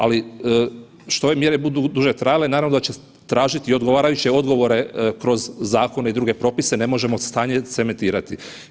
Ali što ove mjere budu duže trajale, naravno da će tražiti odgovarajuće odgovore kroz zakone i druge propise ne možemo stanje cementirati.